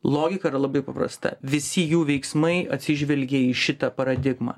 logika yra labai paprasta visi jų veiksmai atsižvelgia į šitą paradigmą